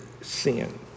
sin